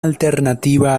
alternativa